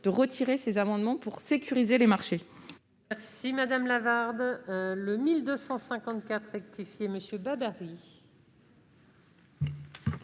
de retirer ces alinéas pour sécuriser les marchés.